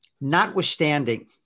notwithstanding